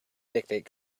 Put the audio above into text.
dictate